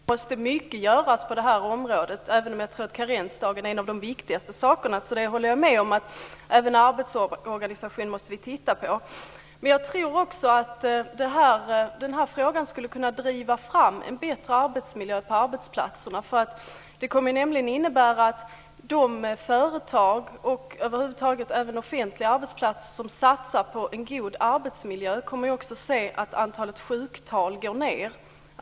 Fru talman! Självklart måste mycket göras på det här området, även om jag tror att karensdagen är en av de viktigaste sakerna. Jag håller med om att vi måste titta även på arbetsorganisationen. Jag tror också att den här frågan skulle kunna driva fram en bättre arbetsmiljö på arbetsplatserna. Det kommer nämligen att innebära att de företag och även offentliga arbetsplatser som satsar på en god arbetsmiljö kommer att se att antalet sjukdagar går ned.